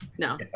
No